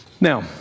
Now